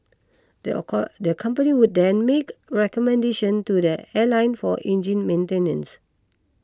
the the company would then make recommendation to the airline for engine maintenance